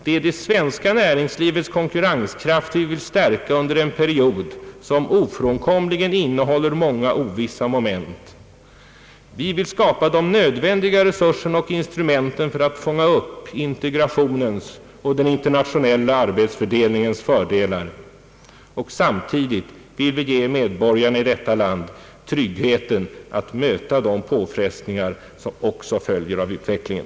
Det är det svenska näringslivets konkurrenskraft vi vill stärka under en period som ofrånkomligen innehåller många ovissa moment. Vi vill skapa de nödvändiga resurserna och instrumenten för att fånga upp integrationens och den internationella arbetsfördelningens fördelar. Samtidigt vill vi ge medborgarna i detta land möjlighet att i trygghet möta de påfrestningar som också följer av utvecklingen.